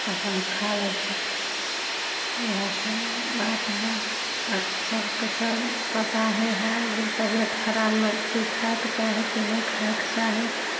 तऽ अपन खा लै छथिन इएह सब बात हइ आर तऽ सबके सब पताए हइ की तबियत खराबमे की खायके चाही नहि खायके चाही